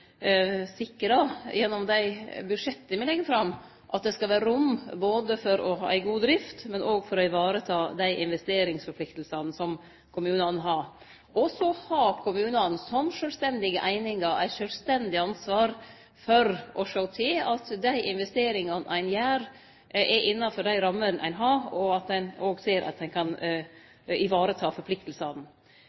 gjennom dei budsjetta me legg fram, sikre at det skal vere rom for både å ha ei god drift og vareta dei investeringsforpliktingane som kommunane har. Så har kommunane som sjølvstendige einingar eit sjølvstendig ansvar for å sjå til at dei investeringane ein gjer, er innafor dei rammene ein har, og at ein òg ser at ein kan